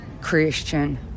Christian